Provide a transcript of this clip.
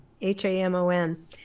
h-a-m-o-n